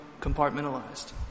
compartmentalized